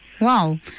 Wow